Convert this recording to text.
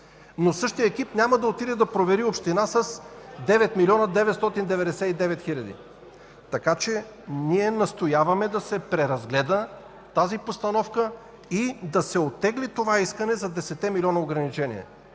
но същият екип няма да отиде да провери община с 9 млн. 999 хил. лв.! Така че ние настояваме да се преразгледа тази постановка и да се оттегли това искане за десетте милиона ограничение,